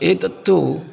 एतत्तु